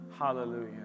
Hallelujah